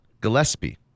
Gillespie